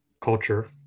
culture